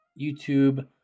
youtube